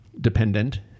dependent